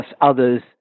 others